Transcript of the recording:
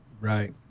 Right